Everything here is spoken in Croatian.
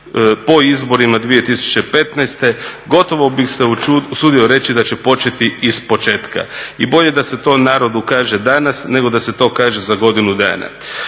po izborima 2015. gotovo bih se usudio reći da će početi ispočetka i bolje da se to narodu kaže danas nego da se to kaže za godinu dana.